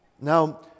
Now